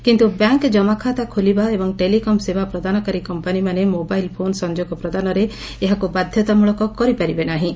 କିନ୍ତୁ ବ୍ୟାଙ୍କ୍ ଜମାଖାତା ଖୋଲିବା ଏବଂ ଟେଲିକମ୍ ସେବା ପ୍ରଦାନକାରୀ କମ୍ପାନୀମାନେ ମୋବାଇଲ୍ ଫୋନ୍ ସଂଯୋଗ ପ୍ରଦାନରେ ଏହାକୁ ବାଧ୍ୟତାମ୍ରଳକ କରିପାରିବେ ନାହିଁ